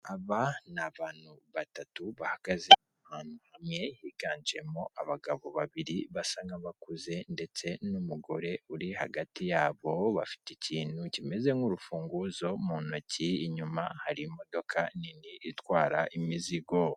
Aba n'abantu batatu bahagaze ahantu hamwe, biganjemo abagabo babiri basa nk'abakuze ndetse n'umugore uri hagati yabo, bafite ikintu kimeze nk'urufunguzo muntoki inyuma hari imodoka nini itwara imizigo.